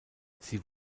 sie